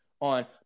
on